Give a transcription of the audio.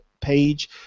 page